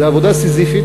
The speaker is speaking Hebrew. זו עבודה סיזיפית,